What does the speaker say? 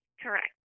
Correct